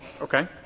Okay